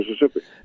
Mississippi